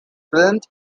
filmed